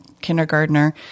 kindergartner